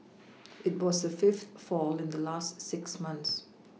it was the fifth fall in the last six months